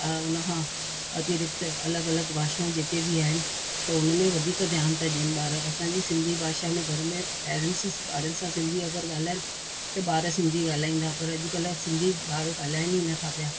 ऐं हुन खां अतिरिक्त अलॻि अलॻि भाषाऊं जेके बि आहिनि त हुन में वधीक ध्यानु था ॾियनि ॿार असांजी सिंधी भाषा में घर में पैरेंट्स ॿारनि सां सिंधी अगरि ॻाल्हाइनि त ॿार सिंधी ॻाल्हाईंदा पर अॼुकल्ह सिंधी ॿार ॻाल्हाइनि ई नथा पिया